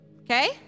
Okay